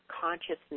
consciousness